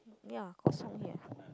ya kosong here